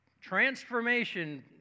transformation